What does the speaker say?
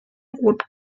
rot